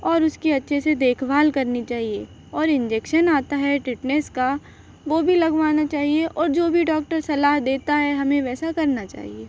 और उसकी अच्छे से देखभाल करनी चाहिए और इंजेक्शन आता है टिटनेस का वो भी लगवाना चाहिए और जो भी डॉक्टर सलाह देता है हमें वैसा करना चाहिए